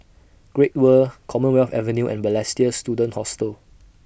Great World Commonwealth Avenue and Balestier Student Hostel